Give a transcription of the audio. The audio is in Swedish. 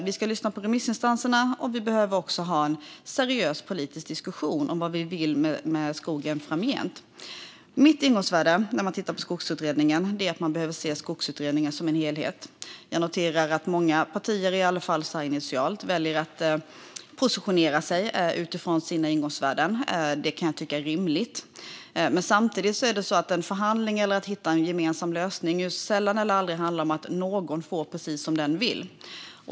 Vi ska lyssna på remissinstanserna, och vi behöver ha en seriös politisk diskussion om vad vi vill med skogen framgent. Mitt ingångsvärde när det gäller Skogsutredningen är att man behöver se Skogsutredningen som en helhet. Jag noterar att många partier, i alla fall initialt, väljer att positionera sig utifrån sina ingångsvärden. Det kan jag tycka är rimligt. Men samtidigt är det så här: I en förhandling eller när man ska hitta en gemensam lösning handlar det sällan eller aldrig om att någon får precis som den vill.